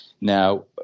Now